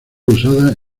usada